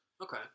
Okay